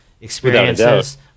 experiences